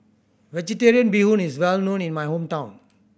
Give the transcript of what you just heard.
Vegetarian Bee Hoon is well known in my hometown